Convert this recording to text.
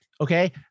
Okay